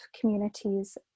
communities